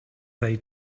they